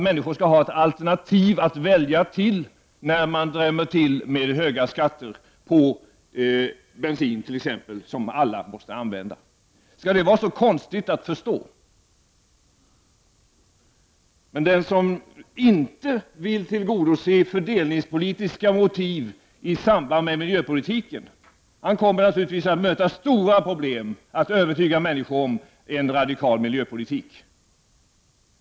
Människor måste ha ett alternativ när staten drämmer till med höga skatter på exempelvis bensin, som ju alla måste använda. Är det så konstigt att förstå? Men den som inte vill acceptera fördelningspolitiska motiv i samband med den miljöpolitik som förs kommer naturligtvis att möta stora problem när det gäller att övertyga människor om att en radikal miljöpolitik måste föras.